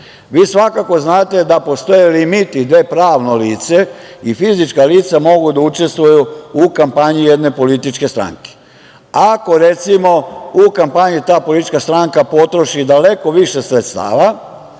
Vi svakako znate da postoje limiti gde pravno lice i fizička lica mogu da učestvuju u kampanji jedne političke stranke. Ako recimo u kampanji ta politička stranka potroši daleko više sredstava